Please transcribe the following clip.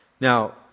Now